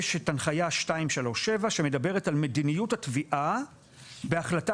יש את הנחייה 237 שמדברת על מדיניות התביעה והחלטה